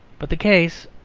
but the case,